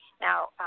Now